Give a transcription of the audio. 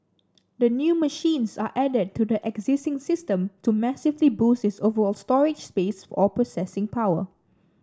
the new machines are added to the existing system to massively boost its overall storage space or processing power